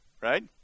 right